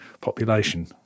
population